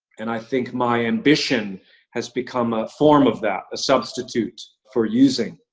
and i think my ambition has become a form of that, a substitute for using,